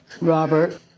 Robert